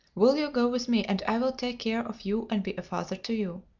will you go with me, and i will take care of you and be a father to you?